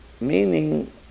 Meaning